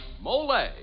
Mole